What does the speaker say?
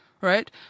right